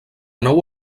nou